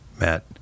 Matt